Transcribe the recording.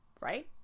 right